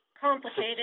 complicated